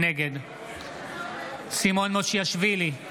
נגד סימון מושיאשוילי,